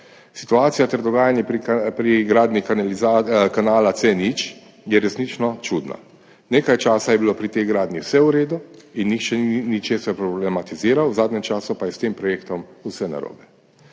Situacija ter dogajanje pri gradnji kanala C0 je resnično čudna. Nekaj časa je bilo pri tej gradnji vse v redu in nihče ni ničesar problematiziral, v zadnjem času pa je s tem projektom vse narobe.